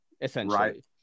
essentially